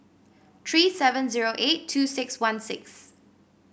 three seven zero eight two six one six